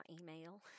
email